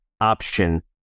option